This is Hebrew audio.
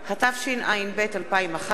התשע”ב 2011,